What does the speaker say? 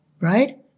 right